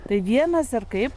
tai vienas ar kaip